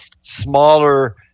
smaller